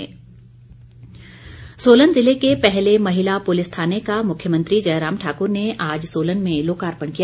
मुख्यमंत्री सोलन जिले के पहले महिला पुलिस थाने का मुख्यमंत्री जयराम ठाकुर ने आज सोलन में लोकार्पण किया